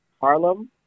Harlem